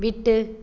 விட்டு